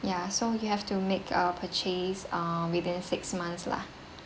ya so you have to make a purchase uh within six months lah